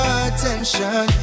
attention